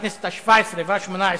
בכנסת השבע-עשרה והשמונה-עשרה,